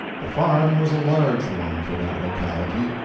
the farm was a large one for that locality,